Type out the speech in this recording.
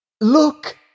Look